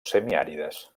semiàrides